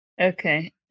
Okay